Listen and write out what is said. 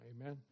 amen